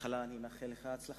ראשית, אני מאחל לך הצלחה.